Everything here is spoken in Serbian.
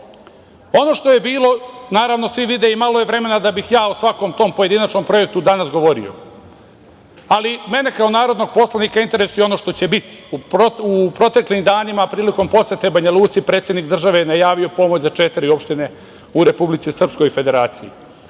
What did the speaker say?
što je bilo, naravno svi vide i malo je vremena da bih ja o svakom tom pojedinačnom projektu danas govorio, ali mene kao narodnog poslanika interesuje ono što će biti. U proteklim danima prilikom posete Banja Luci, predsednik države je najavio pomoć za četiri opštine u Republici Srpskoj i Federaciji.